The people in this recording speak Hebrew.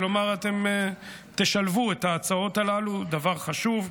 כלומר, אתם תשלבו את ההצעות הללו, דבר חשוב.